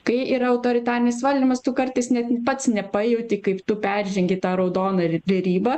kai yra autoritarinis valdymas tu kartais net pats nepajauti kaip tu peržengi tą raudoną ir ribą